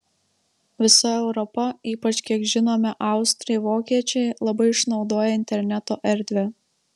visa europa ypač kiek žinome austrai vokiečiai labai išnaudoja interneto erdvę